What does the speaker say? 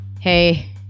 hey